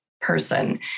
person